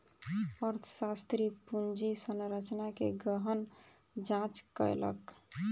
अर्थशास्त्री पूंजी संरचना के गहन जांच कयलक